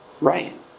right